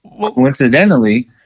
coincidentally